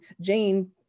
Jane